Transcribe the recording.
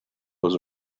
was